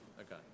Okay